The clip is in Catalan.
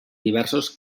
diversos